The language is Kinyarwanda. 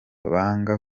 banga